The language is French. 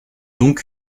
donc